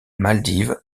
maldives